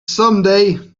someday